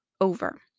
over